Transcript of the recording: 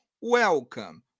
welcome